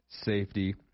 safety